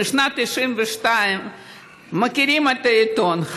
שמשנת 1992 מכירים את העיתון,